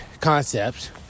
concepts